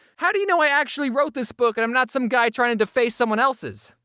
how do you know i actually wrote this book and i'm not some guy trying to deface someone else's?